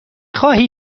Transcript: خواهی